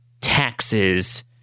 taxes